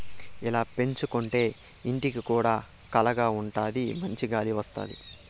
ఇలా పెంచుకోంటే ఇంటికి కూడా కళగా ఉంటాది మంచి గాలి వత్తది